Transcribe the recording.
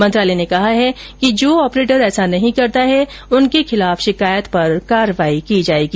मंत्रालय ने कहा है कि जो ऑपरेटर ऐसा नहीं करता है उनके खिलाफ शिकायत पर कार्रवाई की जायेगी